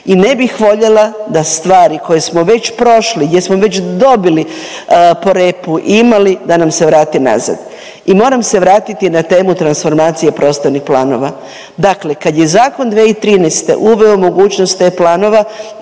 i ne bih voljela da stvari koje smo već prošli, gdje smo već dobili po repu imali da nam se vrati nazad. I moram se vratiti na temu transformacije prostornih planova. Dakle, kad je zakon 2013. uveo mogućnost e-Planova